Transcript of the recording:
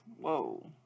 Whoa